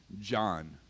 John